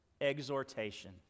exhortation